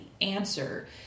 answer